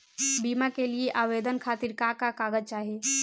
बीमा के लिए आवेदन खातिर का का कागज चाहि?